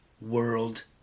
world